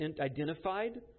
identified